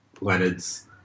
Leonard's